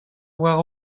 oar